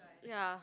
ya